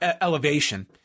Elevation